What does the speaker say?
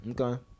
Okay